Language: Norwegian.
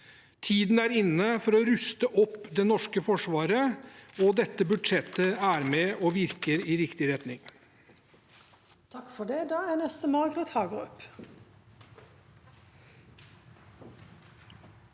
Tiden er inne for å ruste opp det norske forsvaret, og dette budsjettet er med og virker i riktig retning.